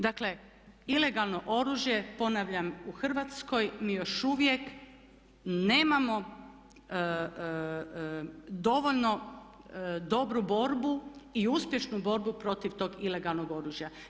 Dakle, ilegalno oružje ponavljam u Hrvatskoj mi još uvijek nemamo dovoljno dobru borbu i uspješnu borbu protiv tog ilegalnog oružja.